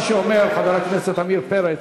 מה שאומר חבר הכנסת עמיר פרץ,